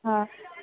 हा